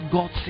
God